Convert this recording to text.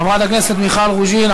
חברת הכנסת מיכל רוזין,